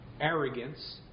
arrogance